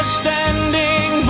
standing